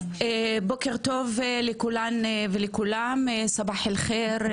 בוקר טוב לכולן ולכולם, סבאח אל חיר,